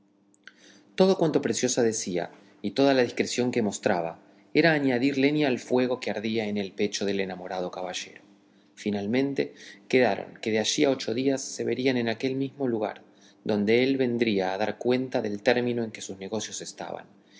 todo cuanto preciosa decía y toda la discreción que mostraba era añadir leña al fuego que ardía en el pecho del enamorado caballero finalmente quedaron en que de allí a ocho días se verían en aquel mismo lugar donde él vendría a dar cuenta del término en que sus negocios estaban